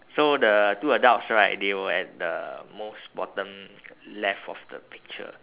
so the two adults right they were at the most bottom left of the picture